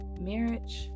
marriage